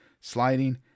sliding